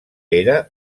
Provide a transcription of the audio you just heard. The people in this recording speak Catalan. era